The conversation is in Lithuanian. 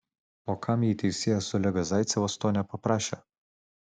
o kam jei teisėjas olegas zaicevas to nepaprašė